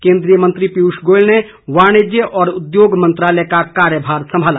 केन्द्रीय मंत्री पीयूष गोयल ने वाणिज्य और उद्योग मंत्रालय का कार्यभार संभाला